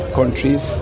countries